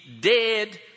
dead